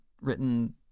written